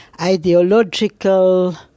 ideological